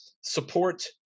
support